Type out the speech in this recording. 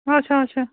اَچھا اَچھا